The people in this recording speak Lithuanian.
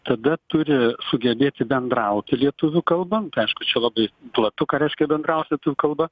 tada turi sugebėti bendrauti lietuvių kalba tai aišku čia labai platu ką reiškia bendraut lietuvių kalba